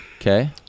Okay